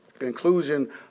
inclusion